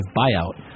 buyout